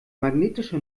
magnetische